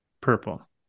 purple